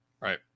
Right